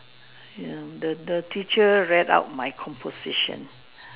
you know the the teacher read out my composition